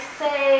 say